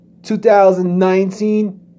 2019